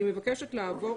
אני מבקשת לעבור